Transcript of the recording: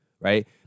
right